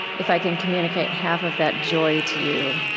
if i can communicate half of that joy to you,